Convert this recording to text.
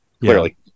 clearly